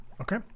Okay